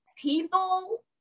people